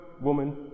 woman